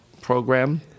program